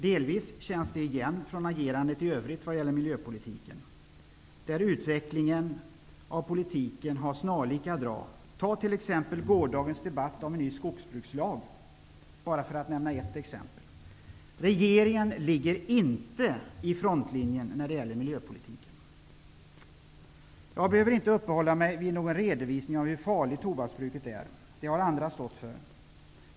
Agerandet känns delvis igen från agerandet i övrigt vad gäller miljöpolitiken, där utvecklingen av politiken har snarlika drag. Vi kan ta gårdagens debatt om en ny skogsbrukslag bara för att nämna ett exempel. Regeringen ligger inte i frontlinjen när det gäller miljöpolitiken. Jag behöver inte uppehålla mig vid någon redovisning av hur farligt tobaksbruket är. Det har andra stått för.